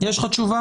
יש לך תשובה?